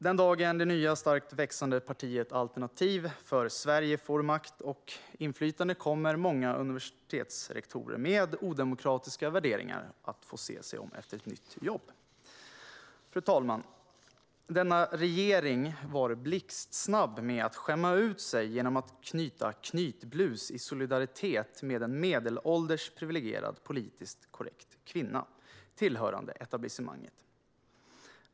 Den dagen som det nya starkt växande partiet Alternativ för Sverige får makt och inflytande kommer många universitetsrektorer med odemokratiska värderingar att få se sig om efter ett nytt jobb. Fru talman! Denna regering var blixtsnabb med att skämma ut sig genom att knyta knytblus i solidaritet med en medelålders priviligierad politiskt korrekt kvinna tillhörande etablissemanget.